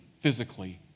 physically